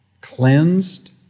cleansed